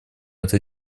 это